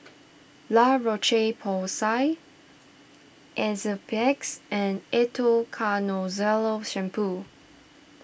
La Roche Porsay Enzyplex and Ketoconazole Shampoo